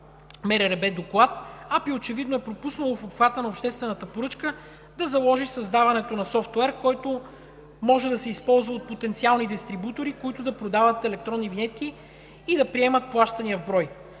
МРРБ доклад, АПИ очевидно е пропуснала в обхвата на обществената поръчка да заложи създаването на софтуер, който може да се използва от потенциални дистрибутори, които да продават електронни винетки и да приемат плащания в брой.